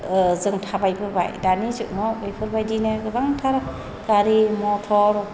जों थाबायबोबाय दानि जुगाव बेफोरबायदिनो गोबांथार गारि मटर